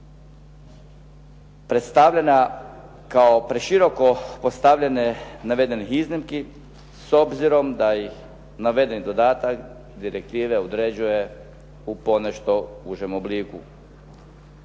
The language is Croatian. predstavljena kao preširoko postavljane navedenih iznimki s obzirom da ih navedeni dodatak direktive određuje u ponešto užem obliku.